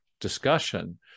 discussion